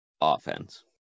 offense